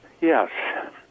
Yes